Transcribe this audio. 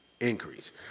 increase